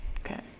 Okay